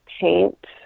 paint